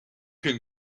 can